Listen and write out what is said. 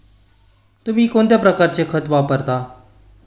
तुम्ही कोणत्या प्रकारचे खत वापरता?